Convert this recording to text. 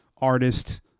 artist